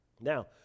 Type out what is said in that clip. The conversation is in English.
now